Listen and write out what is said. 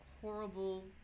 horrible